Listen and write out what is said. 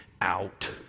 out